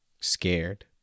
scared